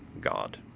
God